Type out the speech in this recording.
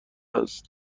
است